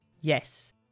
Yes